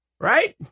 right